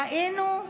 ראינו,